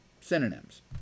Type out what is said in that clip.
synonyms